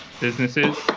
businesses